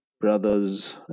brothers